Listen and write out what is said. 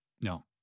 No